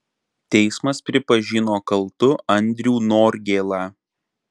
teismas pripažino kaltu andrių norgėlą